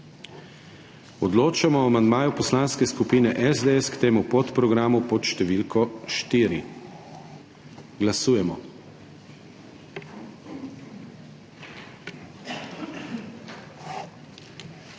Odločamo o amandmaju Poslanske skupine SDS k temu podprogramu pod številko 1. Glasujemo.